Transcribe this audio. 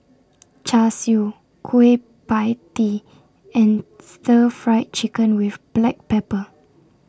Char Siu Kueh PIE Tee and Stir Fried Chicken with Black Pepper